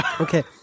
Okay